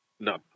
No